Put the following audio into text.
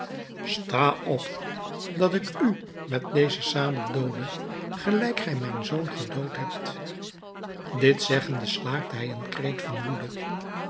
sta op dat ik u met dezen sabel doode gelijk gij mijn zoon gedood hebt dit zeggende slaakte hij een kreet van woede